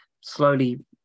slowly